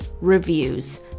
reviews